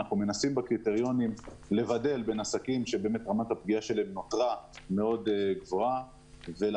אנחנו מנסים בקריטריונים להפריד בין עסקים שרמת הפגיעה שלהם גבוהה לבין